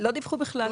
לא דיווחו בכלל.